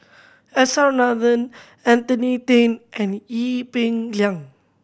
S R Nathan Anthony Then and Ee Peng Liang